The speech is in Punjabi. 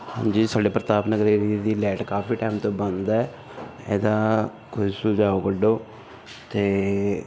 ਜੀ ਸਾਡੇ ਪ੍ਰਤਾਪ ਨਗਰ ਏਰੀਏ ਦੀ ਲੈਟ ਕਾਫ਼ੀ ਟੈਮ ਤੋਂ ਬੰਦ ਹੈ ਇਹਦਾ ਕੋਈ ਸੁਝਾਓ ਕੱਢੋ ਅਤੇ